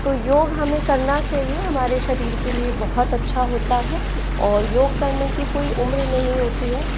तो योग हमें करना चाहिये हमारे शरीर के लिये बहुत अच्छा होता है और योग करने की कोई उम्र नहीं होती है हमें